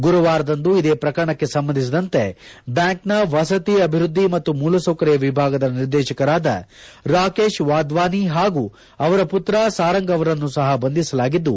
ಗುರುವಾರದಂದು ಇದೇ ಪ್ರಕರಣಕ್ಕೆ ಸಂಬಂಧಿಸಿದಂತೆ ಬ್ಯಾಂಕ್ನ ವಸತಿ ಅಭಿವೃದ್ದಿ ಮತ್ತು ಮೂಲಸೌಕರ್ಯ ವಿಭಾಗದ ನಿರ್ದೇಶಕರುಗಳಾದ ರಾಕೇಶ್ ವಾದ್ವಾನಿ ಹಾಗೂ ಅವರ ಪುತ್ರ ಸಾರಾಂಗ್ ಅವರನ್ನೂ ಸಹ ಬಂಧಿಸಲಾಗಿದ್ದು